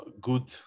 good